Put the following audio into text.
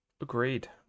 Agreed